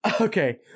Okay